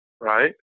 right